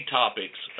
topics